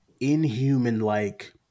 inhuman-like